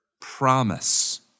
promise